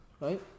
right